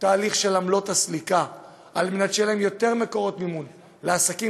עמלות הסליקה על מנת שיהיו יותר מקורות מימון לעסקים